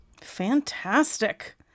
Fantastic